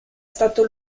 stato